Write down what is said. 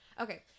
Okay